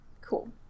Cool